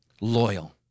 Loyal